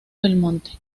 belmonte